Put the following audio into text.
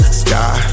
sky